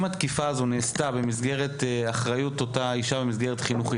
אם התקיפה הזו נעשתה במסגרת אחריות אותה אישה במסגרת חינוכית,